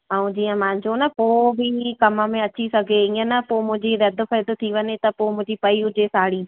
ऐं जीअं मुंहिंजो न पोइ बि कम में अची सघे ईअं न पोइ मुंहिंजी रधि वधि थी वञे त पोइ मुंहिंजी पई हुजे साड़ी